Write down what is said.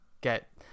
get